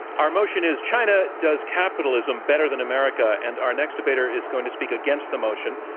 our motion is china does capitalism better than america and our next debater is going to speak against the motion.